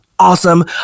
awesome